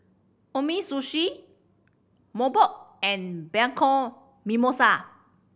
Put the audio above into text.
Umisushi Mobot and Bianco Mimosa